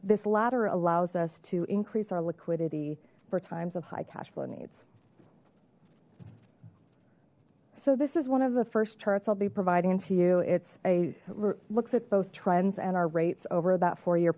this latter allows us to increase our liquidity for times of high cash flow needs so this is one of the first charts i'll be providing to you it's a looks at both trends and our rates over that four year